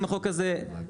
יעוז.